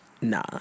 Nah